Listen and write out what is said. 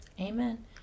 Amen